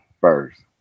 first